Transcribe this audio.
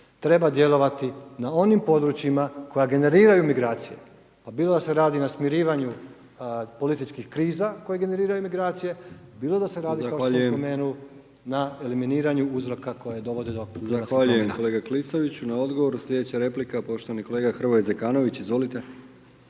Treba djelovati na onim područjima koja generiraju migracije, pa bilo da se radi na smirivanju političkih kriza koje generiraju migracije, bilo da se radi …/Upadica: Zahvaljujem./… kao što sam spomenuo na eliminiraju uzroka koji dovode do …/nerazumljivo/… **Brkić, Milijan (HDZ)** Zahvaljujem kolega Klisović na odgovoru. Slijedeća replika poštovani kolega Hrvoje Zekanović, izvolite.